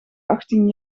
achttien